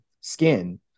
skin